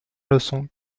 leçon